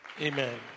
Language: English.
Amen